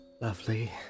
lovely